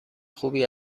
خوبی